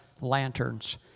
lanterns